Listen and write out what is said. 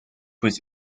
was